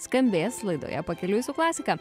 skambės laidoje pakeliui su klasika